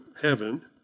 heaven